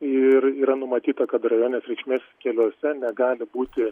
ir yra numatyta kad rajoninės reikšmės keliuose negali būti